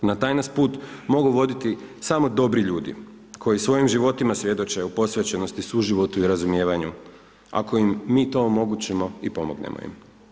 Na taj nas put mogu voditi samo dobri ljudi koji svojim životima svjedoče o posvećenosti, suživotu i razumijevanju, ako im mi to omogućimo i pomognemo im.